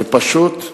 ופשוט,